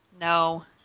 No